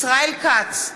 ישראל כץ,